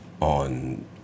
on